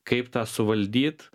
kaip tą suvaldyt